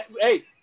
hey